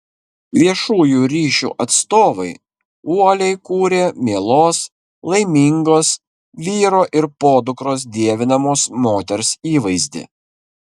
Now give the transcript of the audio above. viešųjų ryšių atstovai uoliai kūrė mielos laimingos vyro ir podukros dievinamos moters įvaizdį